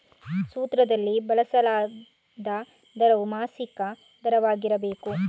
ಸೂತ್ರದಲ್ಲಿ ಬಳಸಲಾದ ದರವು ಮಾಸಿಕ ದರವಾಗಿರಬೇಕು